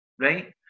right